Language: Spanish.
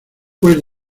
pues